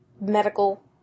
medical